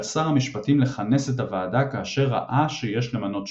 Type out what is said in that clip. על שר המשפטים לכנס את הוועדה כאשר ראה שיש למנות שופט.